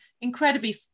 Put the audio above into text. incredibly